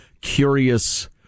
curious